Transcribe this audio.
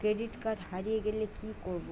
Credit card হারিয়ে গেলে কি করব?